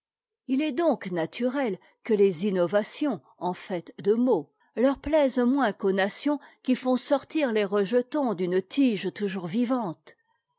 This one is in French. il est donc naturel que les innovations en fait de mots leur plaisent moins qu'aux nations qui font sortir les rejetons d'une tige toujours vivante